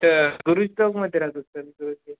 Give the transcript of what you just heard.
तर गुरुजी चौक माहीत आहे का चौक आहे